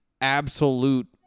absolute